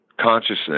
consciousness